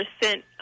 percent